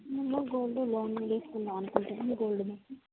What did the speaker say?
మేము gold loan తీసుకుందాం అనుకుంటున్నాము గోల్డ్ మీద